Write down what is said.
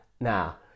Now